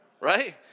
Right